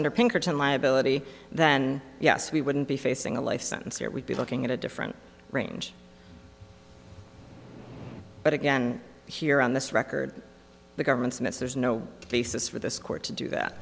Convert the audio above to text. under pinkerton liability then yes we wouldn't be facing a life sentence here we'd be looking at a different range but again here on this record the government's missed there's no basis for this court to do that